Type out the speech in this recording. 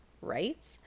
right